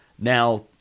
Now